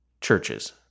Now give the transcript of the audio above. churches